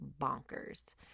bonkers